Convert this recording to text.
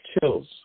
chills